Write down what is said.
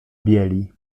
bieli